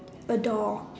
a door